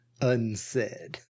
unsaid